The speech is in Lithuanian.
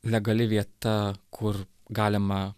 legali vieta kur galima